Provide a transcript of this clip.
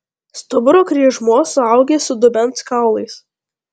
stuburo kryžmuo suaugęs su dubens kaulais